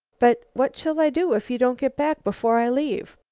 but what shall i do if you don't get back before i leave?